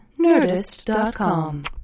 Nerdist.com